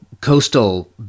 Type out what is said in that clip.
coastal